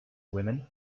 women